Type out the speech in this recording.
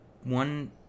one